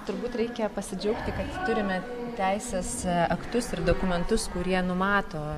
turbūt reikia pasidžiaugti kad turime teisės aktus ir dokumentus kurie numato